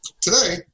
Today